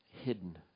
hidden